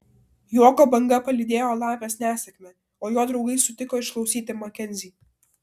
juoko banga palydėjo lapės nesėkmę o jo draugai sutiko išklausyti makenzį